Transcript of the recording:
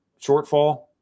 shortfall